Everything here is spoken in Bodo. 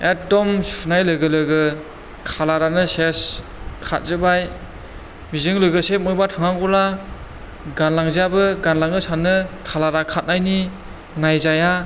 एकदम सुनाय लोगो लोगो खालारानो सेस खारजोब्बाय बिजों लोगोसे बबेहायबा थांनांगौबा गानलांजायाबो गानलांनो सानो खालारा खारनायनि नायजाया